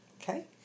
Okay